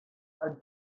are